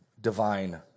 divine